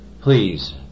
please